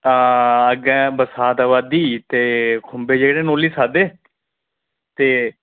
आ अग्गें बरसांत आवा दी ते खुंबे जेह्दे नोली खाद्धे ते